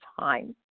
time